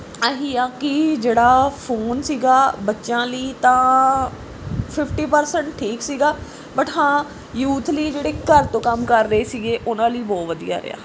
ਆਹੀ ਆ ਕਿ ਜਿਹੜਾ ਫੋਨ ਸੀਗਾ ਬੱਚਿਆਂ ਲਈ ਤਾਂ ਫਿਫਟੀ ਪ੍ਰਸੈਂਟ ਠੀਕ ਸੀਗਾ ਬਟ ਹਾਂ ਯੂਥ ਲਈ ਜਿਹੜੇ ਘਰ ਤੋਂ ਕੰਮ ਕਰ ਰਹੇ ਸੀਗੇ ਉਹਨਾਂ ਲਈ ਬਹੁਤ ਵਧੀਆ ਰਿਹਾ